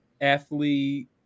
athlete